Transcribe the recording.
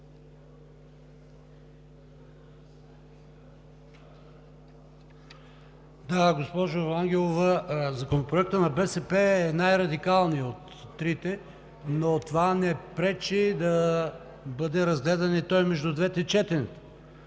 Да, госпожо Ангелова, Законопроектът на БСП е най-радикалният от трите, но това не пречи и да бъде разгледан между двете четения.